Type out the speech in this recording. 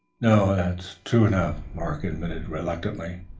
no, that's true enough, mark admitted reluctantly.